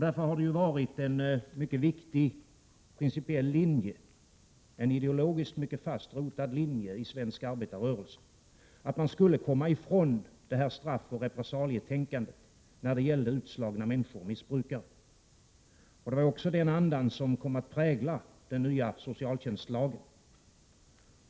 Därför har det ju varit en mycket viktig och ideologiskt fast rotad principiell linje i svensk arbetarrörelse, att man skulle komma ifrån detta straffoch repressalietänkande när det gäller utslagna människor och missbrukare. Det var också den andan som kom att prägla den nya socialtjänstlagen.